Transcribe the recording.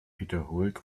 wiederholt